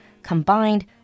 combined